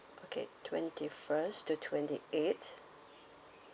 okay twenty first to twenty eight